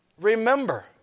Remember